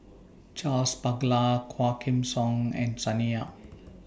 Charles Paglar Quah Kim Song and Sonny Yap